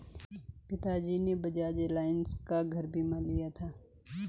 पिताजी ने बजाज एलायंस का घर बीमा लिया था